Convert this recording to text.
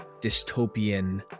dystopian